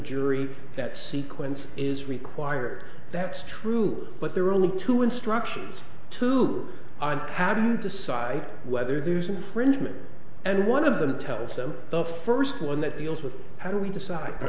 jury that sequence is required that's true but there are only two instructions to do and how do you decide whether there's an infringement and one of them tells them the first one that deals with how do we decide